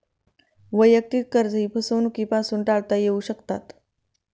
वैयक्तिक कर्जेही फसवणुकीपासून टाळता येऊ शकतात